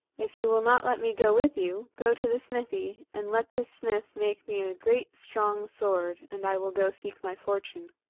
if you will not let me go with you, go to the smithy, and let the smith make me a great strong sword, and i will go seek my fortune.